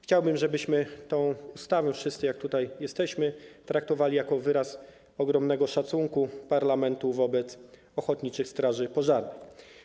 Chciałbym, żebyśmy tę ustawę, wszyscy jak tutaj jesteśmy, traktowali jako wyraz ogromnego szacunku parlamentu wobec ochotniczych straży pożarnych.